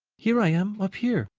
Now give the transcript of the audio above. here i am, up here!